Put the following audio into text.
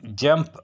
jump